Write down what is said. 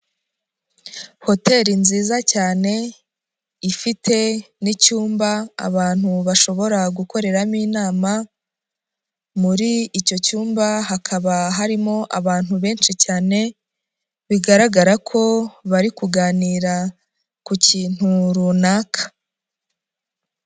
Hoteli nziza cyane ifite n'icyumba abantu bashobora gukoreramo inama, muri icyo cyumba hakaba harimo abantu benshi cyane bigaragara ko bari kuganira ku kintu runaka.